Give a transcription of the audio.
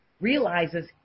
realizes